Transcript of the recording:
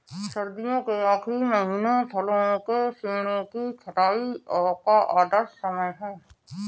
सर्दियों के आखिरी महीने फलों के पेड़ों की छंटाई का आदर्श समय है